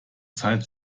zeit